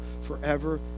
forever